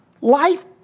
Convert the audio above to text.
life